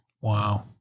Wow